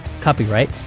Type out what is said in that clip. Copyright